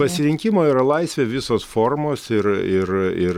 pasirinkimo yra laisvė visos formos ir ir ir